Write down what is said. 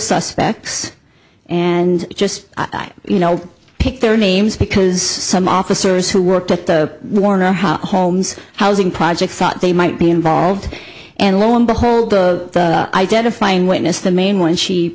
suspects and just you know pick their names because some officers who worked at the warner homes housing project thought they might be involved and lo and behold the identifying witness the main one she